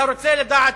אתה רוצה לדעת,